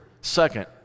Second